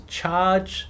charge